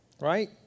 right